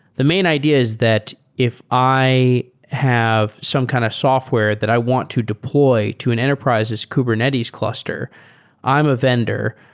the main idea is that if i have some kind of software that i want to deploy to an enterprise as kubernetes cluster i'm a vendor.